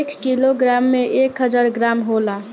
एक किलोग्राम में एक हजार ग्राम होला